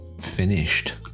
finished